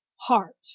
heart